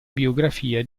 biografia